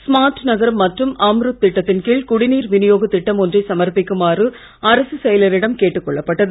smart நகரம் மற்றும் அம்ருத் திட்டத்தின் கீழ் குடிநீர் விநியோக திட்டம் ஒன்றை சமர்பிக்குமாறு அரசுச் செயலரிடம் கேட்டுக் கொள்ளப்பட்டது